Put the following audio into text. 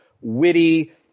witty